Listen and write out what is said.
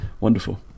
Wonderful